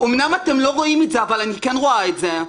אמנם אתם לא רואים את זה אבל אני כן רואה את זה.